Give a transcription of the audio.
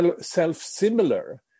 self-similar